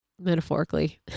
metaphorically